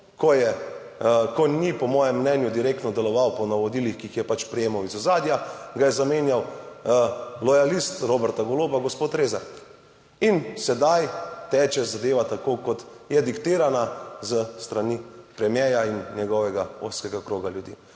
ko je, ko ni po mojem mnenju direktno deloval po navodilih, ki jih je pač prejemal iz ozadja, ga je zamenjal lojalist Roberta Goloba, gospod Rezar in sedaj teče zadeva tako kot je diktirana s strani premierja in njegovega ozkega kroga ljudi.